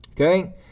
okay